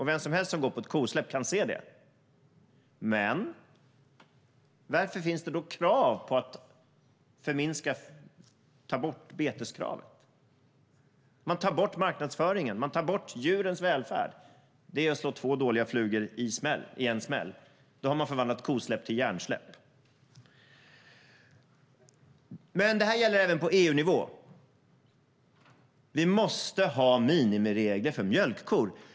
Vem som helst som går på ett kosläpp kan se det. Det här gäller även på EU-nivå. Det måste finnas minimiregler för mjölkkor.